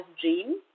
Dream